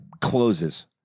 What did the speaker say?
closes